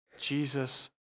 Jesus